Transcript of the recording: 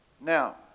Now